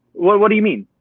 well, what do you mean?